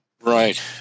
Right